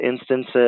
instances